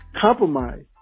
compromise